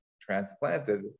transplanted